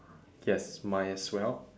yes mine as well